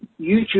YouTube